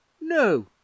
no